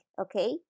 okay